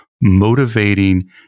motivating